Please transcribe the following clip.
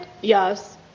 Yes